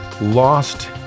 Lost